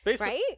right